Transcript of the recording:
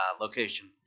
location